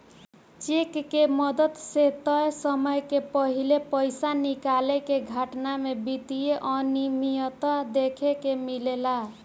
check के मदद से तय समय के पाहिले पइसा निकाले के घटना में वित्तीय अनिमियता देखे के मिलेला